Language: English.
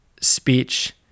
speech